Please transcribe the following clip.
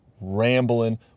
rambling